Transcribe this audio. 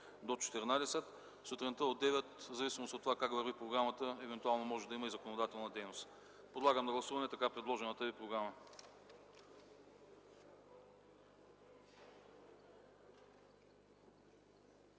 до 14,00 ч. В зависимост от това как върви програмата, сутринта евентуално може да има и законодателна дейност. Подлагам на гласуване така предложената ви програма.